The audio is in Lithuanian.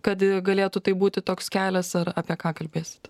kad galėtų tai būti toks kelias ar apie ką kalbėsit